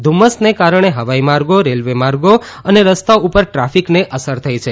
ધુમ્મસનો કારણે હવાઇ માર્ગો રેલવે માર્ગો અને રસ્તા ઉપર ટ્રાફીકને અસર થઇ છે